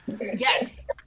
yes